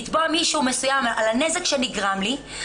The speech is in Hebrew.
לתבוע מישהו מסוים על הנזק שנגרם לי,